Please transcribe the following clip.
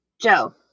Joe